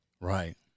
Right